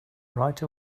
right